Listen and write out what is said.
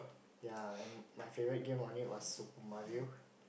ya and my favourite game only was Super-Mario